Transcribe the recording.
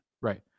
Right